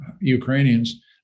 Ukrainians